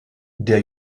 der